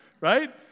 right